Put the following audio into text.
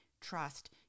trust